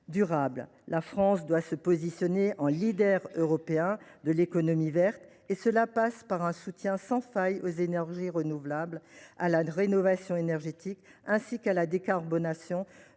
durable. La France doit se positionner en leader européen de l’économie verte, ce qui suppose un soutien sans faille aux énergies renouvelables, à la rénovation énergétique, ainsi qu’à la décarbonation